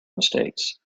mistakes